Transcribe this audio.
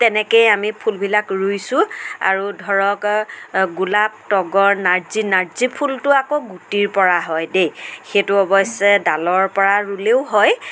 তেনেকেই আমি ফুলবিলাক ৰুইছোঁ আৰু ধৰক গোলাপ তগৰ নাৰ্জি নাৰ্জি ফুলটো আকৌ গুটিৰ পৰা হয় দেই সেইটো অৱশ্যে ডালৰ পৰা ৰুলেও হয়